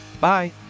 Bye